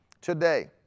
today